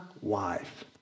wife